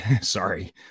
sorry